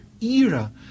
era